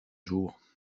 jour